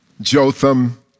Jotham